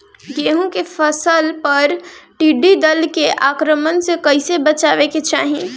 गेहुँ के फसल पर टिड्डी दल के आक्रमण से कईसे बचावे के चाही?